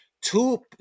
two